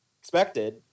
expected